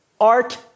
Art